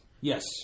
Yes